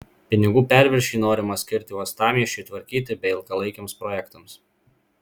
pinigų perviršį norima skirti uostamiesčiui tvarkyti bei ilgalaikiams projektams